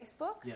Facebook